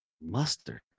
Mustard